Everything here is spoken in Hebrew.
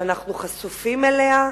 שאנחנו חשופים אליה,